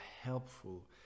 helpful